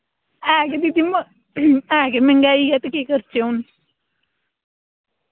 ऐ गै ऐ गै मैंह्गाई ऐ ते केह् करचै हून